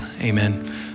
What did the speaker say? amen